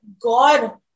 God